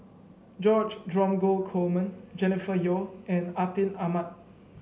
George Dromgold Coleman Jennifer Yeo and Atin Amat